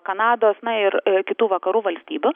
kanados na ir kitų vakarų valstybių